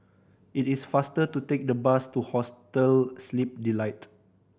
it is faster to take the bus to Hostel Sleep Delight